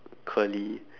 curly